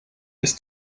bis